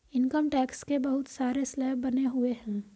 income tax के बहुत सारे स्लैब बने हुए हैं